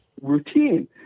routine